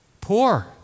poor